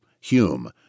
Hume